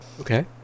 Okay